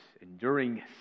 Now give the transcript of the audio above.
enduring